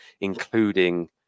including